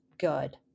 good